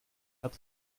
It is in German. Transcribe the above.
hat